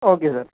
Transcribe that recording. okay sir